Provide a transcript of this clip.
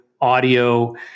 audio